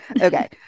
Okay